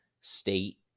state